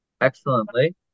excellently